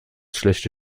schlechte